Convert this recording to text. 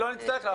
זה מסתדר עם